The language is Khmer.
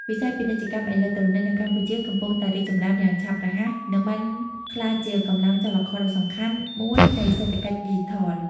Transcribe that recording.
វិស័យពាណិជ្ជកម្មអេឡិចត្រូនិក នៅកម្ពុជាកំពុងតែរីកចម្រើនយ៉ាងឆាប់រហ័ស និងបានក្លាយជាកម្លាំងចលករដ៏សំខាន់មួយនៃសេដ្ឋកិច្ចឌីជីថល។